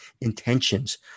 intentions